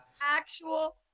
actual